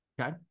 Okay